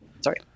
sorry